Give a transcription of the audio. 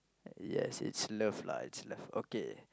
yeas is love lah is love okay